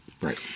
Right